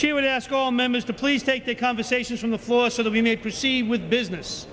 she would ask all members to please take the conversation from the floor so that we may proceed with business